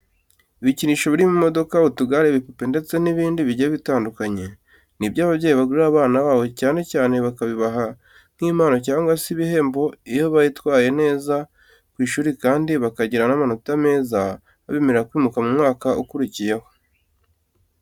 Ibikinisho birimo imodoka, utugare, ibipupe ndetse n'ibindi bigiye bitandukanye, ni byo ababyeyi bagurira abana babo cyane cyane bakabibaha nk'impano cyangwa se ibihembo iyo bitwaye neza ku ishuri kandi bakagira n'amanota meza abemerera kwimukira mu mwaka ukurikiyeho.